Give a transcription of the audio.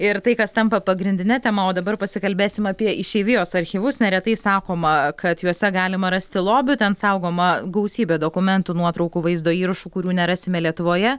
ir tai kas tampa pagrindine tema o dabar pasikalbėsime apie išeivijos archyvus neretai sakoma kad juose galima rasti lobių ten saugoma gausybė dokumentų nuotraukų vaizdo įrašų kurių nerasime lietuvoje